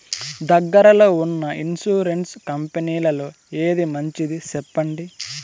దగ్గర లో ఉన్న ఇన్సూరెన్సు కంపెనీలలో ఏది మంచిది? సెప్పండి?